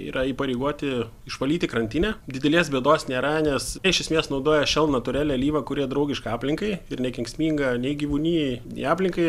yra įpareigoti išvalyti krantinę didelės bėdos nėra nes iš esmės naudoja shell natūralią alyvą kurie draugiška aplinkai ir nekenksminga nei gyvūnijai nei aplinkai